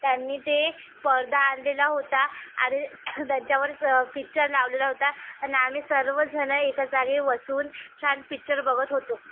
त्यांनी ते पडदा आणलेला होता आणि त्याच्यावर पिच्चर लावलेला होता आणि आम्ही सर्व जण एका जागी बसून छान पिक्चर बघत होतो